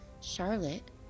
Charlotte